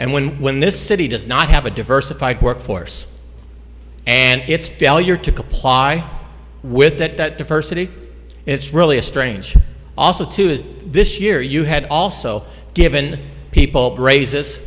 and when when this city does not have a diversified workforce and its failure to comply with that diversity it's really a strange also too is this year you had also given people praises